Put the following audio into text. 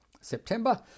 September